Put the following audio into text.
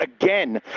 again